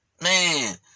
man